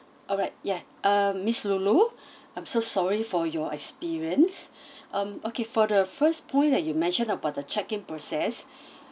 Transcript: alright ya um miss lulu I'm so sorry for your experience um okay for the first point that you mentioned about the checking process